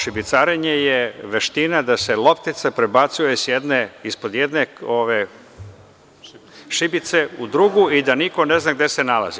Šibicarenje je veština da se loptica prebacuje ispod jedne šibice u drugu i da niko ne zna gde se nalazi.